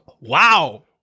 wow